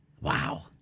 Wow